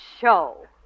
show